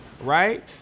right